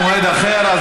במועד אחר.